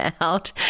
out